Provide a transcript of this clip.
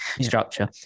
structure